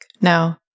No